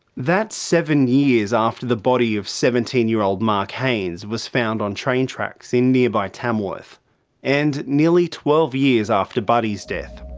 that's seven years after the body of seventeen year old mark haines was found on train tracks in nearby tamworth and nearly twelve years after buddy's death.